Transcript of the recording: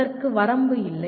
அதற்கு வரம்பு இல்லை